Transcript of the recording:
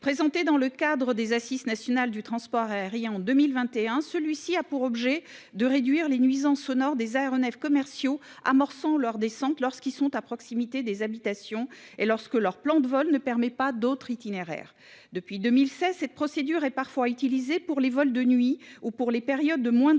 Présenté dans le cadre des Assises nationales du transport aérien en 2021, ce concept vise à réduire les nuisances sonores des aéronefs commerciaux amorçant leur descente lorsqu'ils sont à proximité des habitations et lorsque leur plan de vol ne permet pas d'autre itinéraire. Depuis 2016, cette procédure est parfois utilisée pour les vols de nuit ou pendant les périodes de moindre trafic.